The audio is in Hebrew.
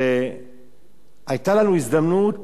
והיתה לנו הזדמנות